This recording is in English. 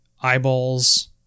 eyeballs